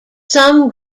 some